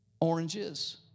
oranges